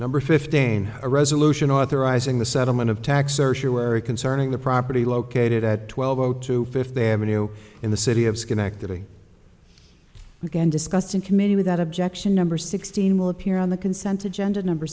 number fifteen a resolution authorizing the settlement of tax or sure where it concerning the property located at twelve o two fifth avenue in the city of schenectady again discussed in committee without objection number sixteen will appear on the consent of gender number